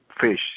fish